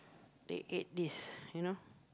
they ate this you know